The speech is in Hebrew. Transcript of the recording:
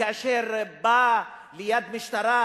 כשאני בא ליד משטרה,